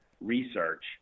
research